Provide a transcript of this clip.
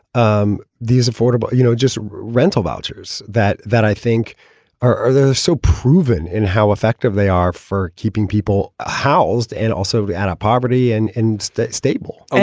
um these affordable, you know, just rental vouchers that that i think are there so proven in how effective they are for keeping people housed and also the anti-poverty and and stable